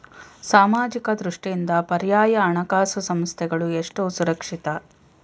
ಸಾಮಾಜಿಕ ದೃಷ್ಟಿಯಿಂದ ಪರ್ಯಾಯ ಹಣಕಾಸು ಸಂಸ್ಥೆಗಳು ಎಷ್ಟು ಸುರಕ್ಷಿತ?